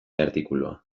artikulua